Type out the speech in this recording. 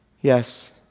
Yes